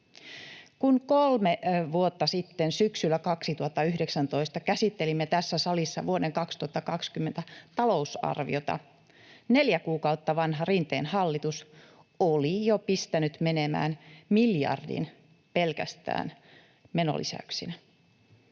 Kun kolme vuotta sitten syksyllä 2019 käsittelimme tässä salissa vuoden 2020 talousarviota, neljä kuukautta vanha Rinteen hallitus oli jo pistänyt menemään miljardin pelkästään menolisäyksinä.